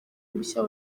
mushya